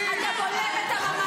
רעה.